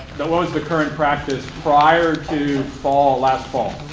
that was the current practice prior to fall last fall.